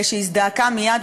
שהזדעקה מייד,